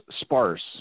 sparse